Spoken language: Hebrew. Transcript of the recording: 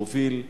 שהוא הוביל.